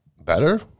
better